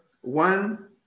one